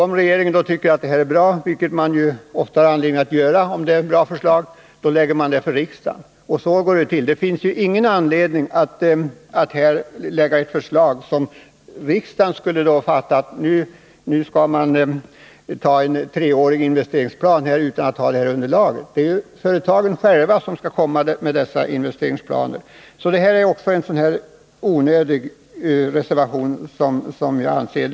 Om regeringen tycker att förslaget är bra, vilket det ofta finns anledning att tycka, lägger regeringen i sin tur fram förslaget för riksdagen. Så går det till. Det finns ingen anledning för riksdagen att hos regeringen begära några treåriga investeringsplaner. Det är företagen själva som skall komma med dessa planer. Det här är också en onödig reservation, som jag ser det.